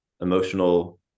emotional